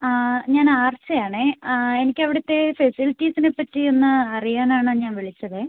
ഞാൻ ആർച്ച ആണെ എനിക്ക് അവിടുത്തെ ഫെസിലിറ്റീസിനെ പറ്റി ഒന്ന് അറിയാൻ ആണ് ഞാൻ വിളിച്ചത്